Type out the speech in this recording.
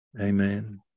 Amen